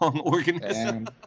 organism